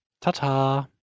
Ta-ta